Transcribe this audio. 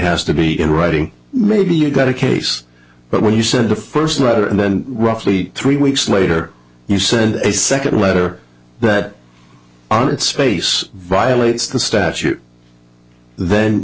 has to be in writing maybe you've got a case but when you send the first letter and then roughly three weeks later you send a second letter that on its space violates the statute then